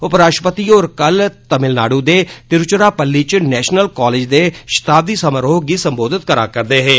उपराष्ट्रपति होर कल तमिलनाडू दे तिरूचरापल्ली इच नैशनल कॉलेज दे शताब्दी समारोह गी संबोधित करा करदे हे